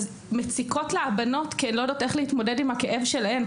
אז מציקות לה הבנות כי הן לא יודעות איך להתמודד עם הכאב שלהן.